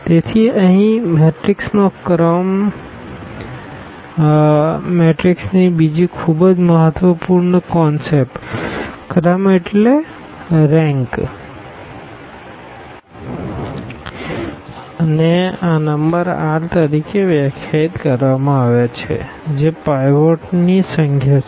તેથી અહીં મેટ્રિક્સનો રેંક મેટ્રિક્સની બીજી ખૂબ જ મહત્વપૂર્ણ કોણસેપ્ટને આ નંબર r તરીકે વ્યાખ્યાયિત કરવામાં આવ્યો છે જે પાઇવોટ્સનીની સંખ્યા છે